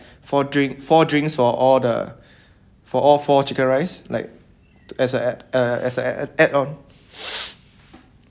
four drink four drinks for all the for all four chicken rice like as a uh as a add on